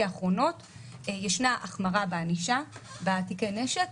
האחרונות יש החמרה בענישה בתיקי נשק.